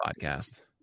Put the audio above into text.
podcast